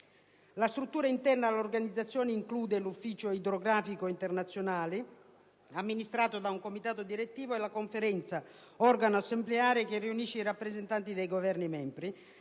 La struttura interna dell'Organizzazione include l'Ufficio idrografico internazionale (IHB), amministrato da un Comitato direttivo e la Conferenza, organo assembleare che riunisce i rappresentanti dei Governi membri.